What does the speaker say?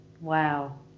Wow